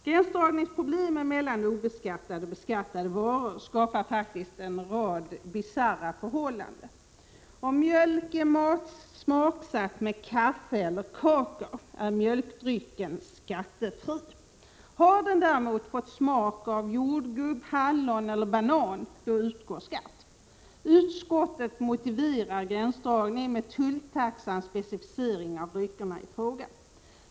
Gränsdragningen mellan obeskattade och beskattade varor skapar faktiskt en rad bisarra förhållanden. Om mjölk är smaksatt med kaffe eller kakao är mjölkdrycken skattefri. Har den däremot fått sin smak av jordgubbar, hallon eller banan utgår skatt. Utskottet motiverar gränsdragningen med tulltaxans specificering av dryckerna i fråga.